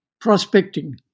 prospecting